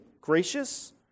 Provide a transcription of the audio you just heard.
gracious